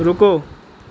ਰੁਕੋ